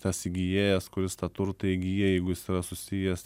tas įgijėjas kuris tą turtą įgyja jeigu jis yra susijęs